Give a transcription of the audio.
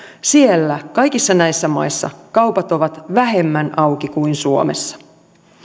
siellä kaikissa näissä maissa kaupat ovat vähemmän auki kuin suomessa